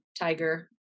tiger